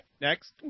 Next